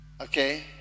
Okay